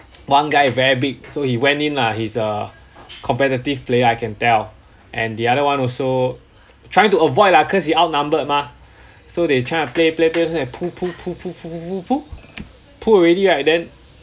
one guy very big so he went in lah he's a competitive player I can tell and the other one also trying to avoid lah cause he outnumbered mah so they try to play play play play pull pull pull pull pull pull pull already right then